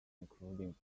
including